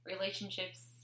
relationships